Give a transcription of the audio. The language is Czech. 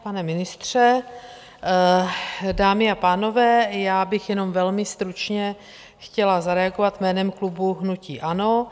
Pane ministře, dámy a pánové, já bych jenom velmi stručně chtěla zareagovat jménem klubu hnutí ANO.